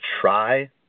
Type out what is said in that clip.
try